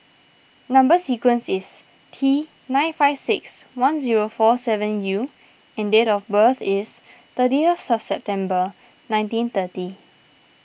Number Sequence is T nine five six one zero four seven U and date of birth is thirtieth of September nineteen thirty